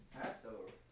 Passover